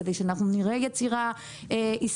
כדי שאנחנו נראה יצירה ישראלית,